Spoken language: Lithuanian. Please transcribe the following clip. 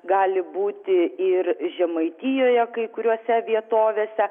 gali būti ir žemaitijoje kai kuriose vietovėse